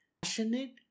Passionate